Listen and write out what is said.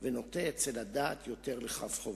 ונוטה אצל הדעת יותר לכף חובה.